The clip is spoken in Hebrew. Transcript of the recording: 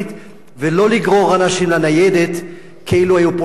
ולא לגרור אנשים לניידת כאילו היו פושעים לכל דבר.